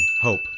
Hope